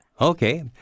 Okay